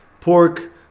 pork